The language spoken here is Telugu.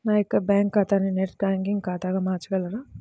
నా యొక్క బ్యాంకు ఖాతాని నెట్ బ్యాంకింగ్ ఖాతాగా మార్చగలరా?